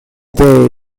day